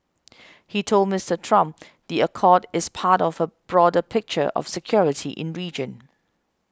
he told Mister Trump the accord is part of a broader picture of security in region